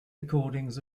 recordings